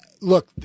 look